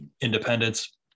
independence